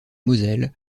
moselle